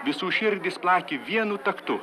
visų širdys plakė vienu taktu